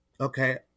okay